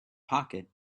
pocket